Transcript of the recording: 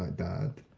ah dad.